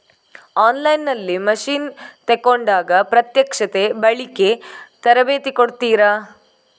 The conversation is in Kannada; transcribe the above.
ಆನ್ ಲೈನ್ ನಲ್ಲಿ ಮಷೀನ್ ತೆಕೋಂಡಾಗ ಪ್ರತ್ಯಕ್ಷತೆ, ಬಳಿಕೆ, ತರಬೇತಿ ಕೊಡ್ತಾರ?